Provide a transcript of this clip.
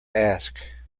ask